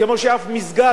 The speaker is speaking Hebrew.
כמו שאף מסגד,